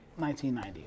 1990